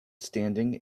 standing